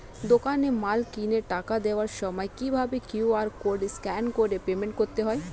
দোকানে মাল কিনে টাকা দেওয়ার সময় কিভাবে কিউ.আর কোড স্ক্যান করে পেমেন্ট করতে হয়?